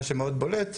מה שמאוד בולט,